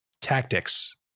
tactics